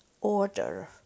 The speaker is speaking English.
order